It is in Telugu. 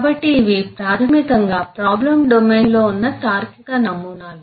కాబట్టి ఇవి ప్రాథమికంగా ప్రాబ్లం డొమైన్లో ఉన్న తార్కిక నమూనాలు